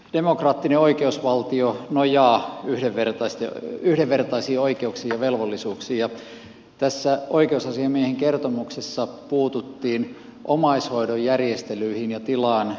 demokraattinen oikeusvaltio nojaa yhdenvertaisiin oikeuksiin ja velvollisuuksiin ja tässä oikeusasiamiehen kertomuksessa puututtiin omaishoidon järjestelyihin ja tilaan suomessa